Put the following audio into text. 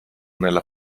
nella